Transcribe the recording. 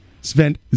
spent